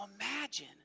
imagine